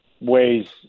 ways